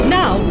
now